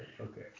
Okay